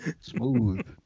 Smooth